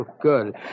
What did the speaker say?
Good